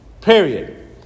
Period